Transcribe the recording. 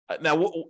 Now